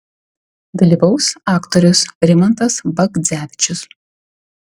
dalyvaus aktorius rimantas bagdzevičius